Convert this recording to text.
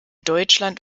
deutschland